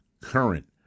current